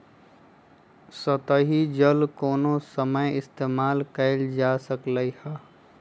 सतही जल कोनो समय इस्तेमाल कएल जा सकलई हई